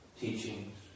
teachings